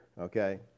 Okay